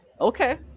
okay